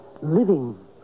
living